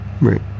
right